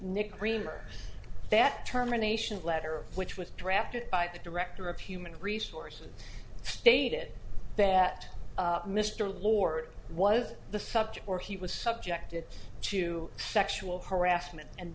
nick remember that terminations letter which was drafted by the director of human resources stated that mr lord was the subject or he was subjected to sexual harassment and